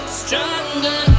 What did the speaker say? stronger